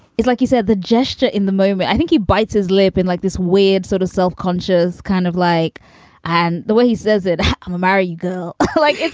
it's like he said the gesture in the moment. i think he bites his lip and like this weird, sort of self-conscious, kind of like and the way he says it, i'm a married girl. like,